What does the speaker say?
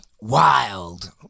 wild